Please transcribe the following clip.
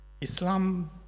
Islam